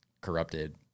corrupted